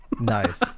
Nice